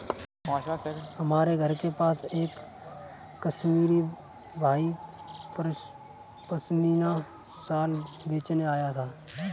हमारे घर के पास एक कश्मीरी भाई पश्मीना शाल बेचने आया था